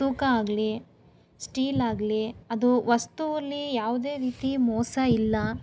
ತೂಕ ಆಗಲಿ ಸ್ಟೀಲ್ ಆಗಲಿ ಅದು ವಸ್ತುವಲ್ಲಿ ಯಾವುದೇ ರೀತಿ ಮೋಸ ಇಲ್ಲ